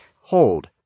hold